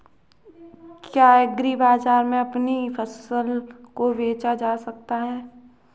क्या एग्रीबाजार में अपनी फसल को बेचा जा सकता है?